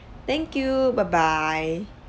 thank you bye bye